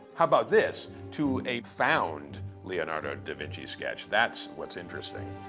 how about this? to a found leonardo da vinci sketch. that's what's interesting.